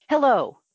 Hello